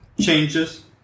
changes